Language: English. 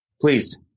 Please